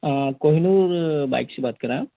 Kohinoor bike से बात कर रहे हैं आप